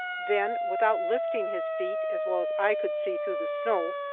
then, without lifting his feet, as well as i could see through the snow,